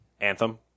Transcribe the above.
Anthem